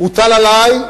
הוטל עלי,